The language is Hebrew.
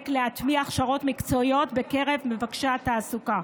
להטמיע הכשרות מקצועיות בקרב מבקשי התעסוקה.